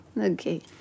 Okay